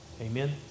Amen